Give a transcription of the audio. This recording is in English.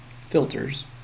filters